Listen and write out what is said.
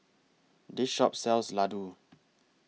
This Shop sells Ladoo